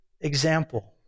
Example